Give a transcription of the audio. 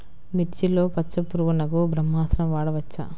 మిర్చిలో పచ్చ పురుగునకు బ్రహ్మాస్త్రం వాడవచ్చా?